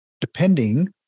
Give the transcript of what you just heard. depending